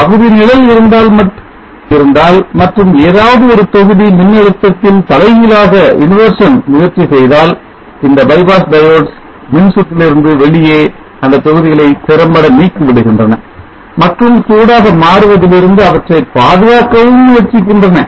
பகுதி நிழல் இருந்தால் மற்றும் ஏதாவது ஒரு தொகுதி மின் அழுத்தத்தில் தலைகீழாக முயற்சி செய்தால் இந்த bypass diodes மின்சுற்றில் இருந்து வெளியே அந்த தொகுதிகளை திறம்பட நீக்கி விடுகின்றன மற்றும் சூடாக மாறுவதிலிருந்து அவற்றை பாதுகாக்கவும் முயற்சிக்கின்றன